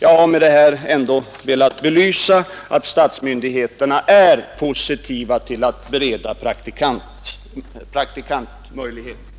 Jag har med detta velat ytterligare belysa att statsmyndigheterna är positiva till att bereda praktikmöjligheter.